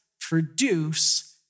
produce